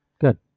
good